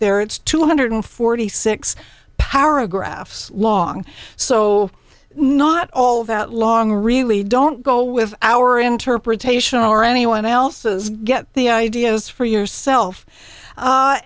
it's two hundred forty six paragraphs long so not all that long really don't go with our interpretation or anyone else's get the ideas for yourself